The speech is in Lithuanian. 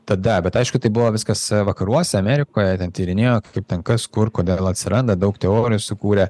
tada bet aišku tai buvo viskas vakaruose amerikoje ten tyrinėjo kaip ten kas kur kodėl atsiranda daug teorijų sukūrė